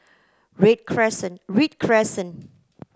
Read Crescent Read Crescent